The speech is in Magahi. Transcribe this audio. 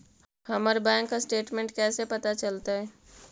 हमर बैंक स्टेटमेंट कैसे पता चलतै?